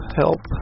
help